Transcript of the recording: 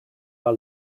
our